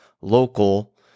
local